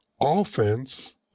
offense